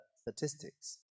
statistics